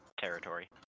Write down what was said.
territory